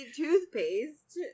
toothpaste